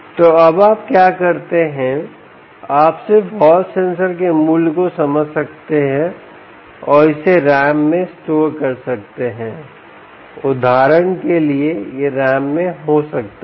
तो अब आप क्या करते हैं आप सिर्फ हॉल सेंसर के मूल्य को समझ सकते हैं और इसे RAM में स्टोर कर सकते हैं उदाहरण के लिए यह RAM में हो सकता है